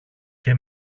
και